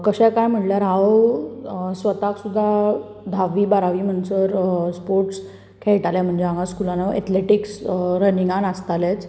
कशें काय म्हळ्यार हांव स्वताक सुद्दां धाव्वी बारावी म्हणसर स्पाॅर्टस खेळटालें म्हटल्यार स्कुलान हांव एट्लेटिक्स रनिंगान आसतालेंच